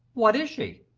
what is she?